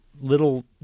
Little